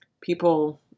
people